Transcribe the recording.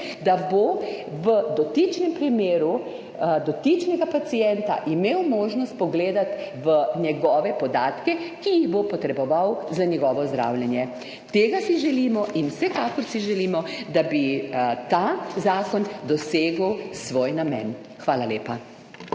da bo v dotičnem primeru dotičnega pacienta imel možnost vpogledati v njegove podatke, ki jih bo potreboval za njegovo zdravljenje. Tega si želimo in vsekakor si želimo, da bi ta zakon dosegel svoj namen. Hvala lepa.